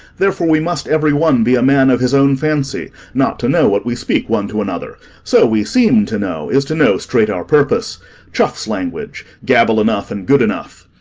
therefore we must every one be a man of his own fancy not to know what we speak one to another, so we seem to know, is to know straight our purpose choughs' language, gabble enough, and good enough.